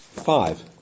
Five